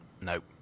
Nope